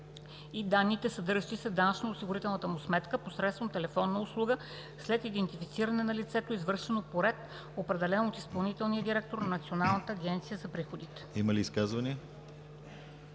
и данните, съдържащи се в данъчно-осигурителната му сметка, посредством телефонна услуга, след идентифициране на лицето, извършено по ред, определен от изпълнителния директор на Националната агенция за приходите.“ ПРЕДСЕДАТЕЛ